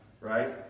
right